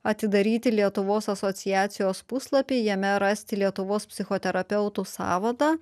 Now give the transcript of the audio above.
atidaryti lietuvos asociacijos puslapį jame rasti lietuvos psichoterapeutų sąvadą